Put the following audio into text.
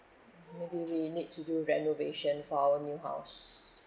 mm maybe we need to do renovation for our new house